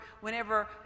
whenever